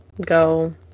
Go